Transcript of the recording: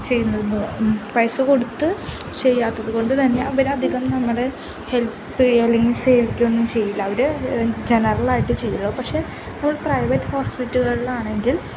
ചെയ്യുന്നത് പൈസ കൊടുത്ത് ചെയ്യാത്തതുകൊണ്ടു തന്നെ അവരധികം നമ്മളെ ഹെൽപ് ചെയ്യുകയോ അല്ലെങ്കില് സേവിക്കുകയൊന്നും ചെയ്യില്ല അവര് ജനറലായിട്ട് ചെയ്യും പക്ഷേ നമ്മൾ പ്രൈവറ്റ് ഹോസ്പിറ്റലുകളിലാണെങ്കിൽ